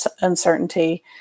uncertainty